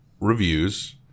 Reviews